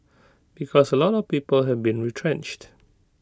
because A lot of people have been retrenched